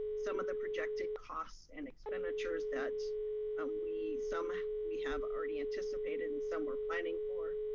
some of the projected costs and expenditures that um we, some we have already anticipated, and some we're planning for.